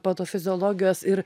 patofiziologijos ir